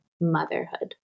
motherhood